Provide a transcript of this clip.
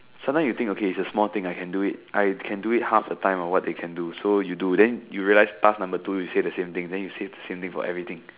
sometime you think okay it's a small thing I can do it I can do it half the time of what they can do so you do then you realize task number two you say the same thing then you say the same thing for everything